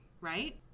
Right